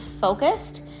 focused